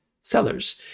sellers